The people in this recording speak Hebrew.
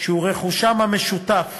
שהוא רכושם המשותף